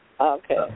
Okay